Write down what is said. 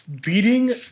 beating